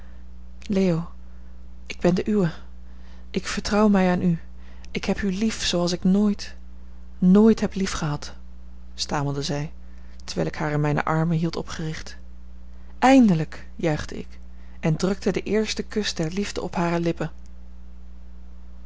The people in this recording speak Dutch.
leo ik ben de uwe ik vertrouw mij aan u ik heb u lief zooals ik nooit nooit heb liefgehad stamelde zij terwijl ik haar in mijne armen hield opgericht eindelijk juichte ik en drukte den eersten kus der liefde op hare lippen